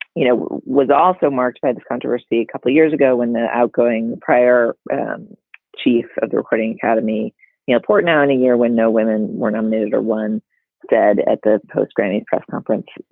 you know was also marked by the controversy a couple of years ago when outgoing prior chief of the recording academy you know portnow in a year when no women were nominated or won dead at the post-credit press conference,